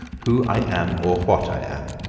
who i am or what i am.